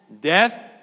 Death